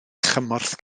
chymorth